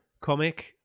comic